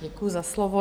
Děkuji za slovo.